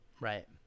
Right